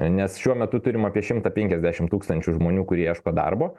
nes šiuo metu turim apie šimtą penkiasdešim tūkstančių žmonių kurie ieško darbo